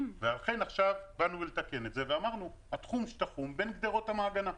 ולכן עכשיו באנו לתקן את זה ואמרנו: התחום שתחום בין גדרות המעגנה.